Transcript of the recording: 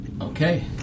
Okay